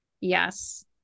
Yes